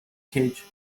cage